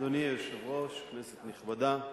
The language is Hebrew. אדוני היושב-ראש, כנסת נכבדה,